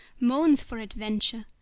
morn's for adventure.